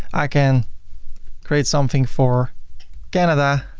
i can create something for canada